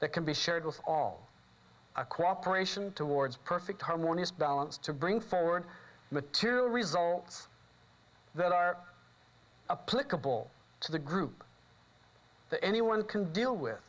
that can be shared with all a cooperation towards perfect harmonious balance to bring forward material results that are a political to the group the anyone can deal with